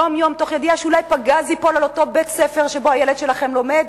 יום-יום תוך ידיעה שאולי פגז ייפול על אותו בית-ספר שבו הילד שלכם לומד?